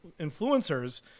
influencers